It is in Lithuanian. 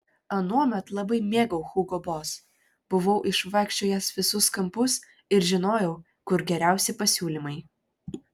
anuomet labai mėgau hugo boss buvau išvaikščiojęs visus kampus ir žinojau kur geriausi pasiūlymai